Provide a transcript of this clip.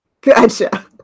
Gotcha